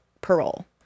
parole